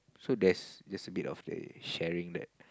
so that's that's a bit of a sharing that